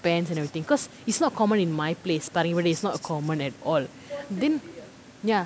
bands and everything because it's not common in my place it's not a common at all then ya